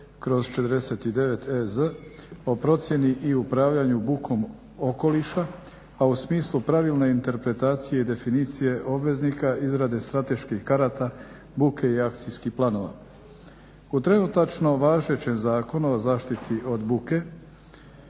202/49 EZ o procjeni i upravljanju bukom okoliša, a u smislu pravilne interpretacije i definicije obveznika izrade strateških karata buke i akcijskih planova. U trenutačno važećem Zakonu o zaštiti od buke